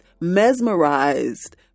mesmerized